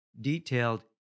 detailed